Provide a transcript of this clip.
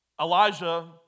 Elijah